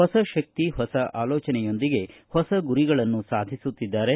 ಹೊಸ ಶಕ್ತಿ ಹೊಸ ಆಲೋಚನೆಯೊಂದಿಗೆ ಹೊಸ ಗುರಿಗಳನ್ನು ಸಾಧಿಸುತ್ತಿದ್ದಾರೆ